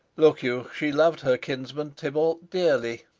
look you, she lov'd her kinsman tybalt dearly,